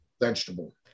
Vegetable